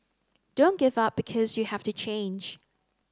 don't give up because you have to change